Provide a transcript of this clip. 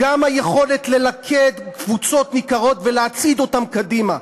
גם היכולת ללכד קבוצות ניכרות ולהצעיד אותן קדימה.